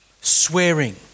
swearing